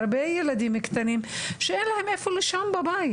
יש הרבה ילדים קטנים שאין להם איפה לישון אפילו בבית.